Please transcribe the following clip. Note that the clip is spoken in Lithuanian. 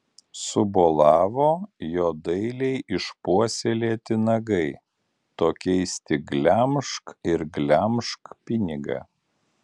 subolavo jo dailiai išpuoselėti nagai tokiais tik glemžk ir glemžk pinigą